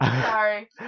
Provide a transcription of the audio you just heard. Sorry